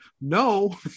No